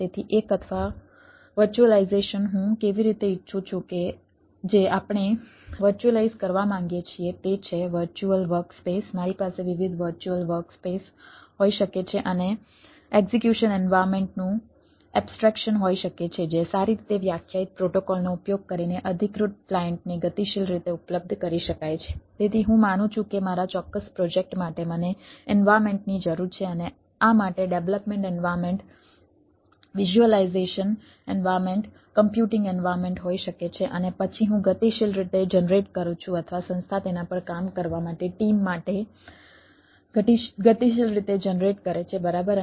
તેથી એક અથવા વર્ચ્યુઅલાઈઝેશન હું કેવી રીતે ઈચ્છું છું જે આપણે વર્ચ્યુઅલાઈઝ કરવા માંગીએ છીએ તે છે વર્ચ્યુઅલ વર્ક સ્પેસ માટે ગતિશીલ રીતે જનરેટ કરે છે બરાબર